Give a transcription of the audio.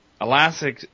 Alaska